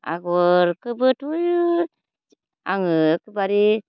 आगरखौबोथ' आङो एखेबारे